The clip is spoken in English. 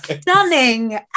stunning